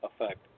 effect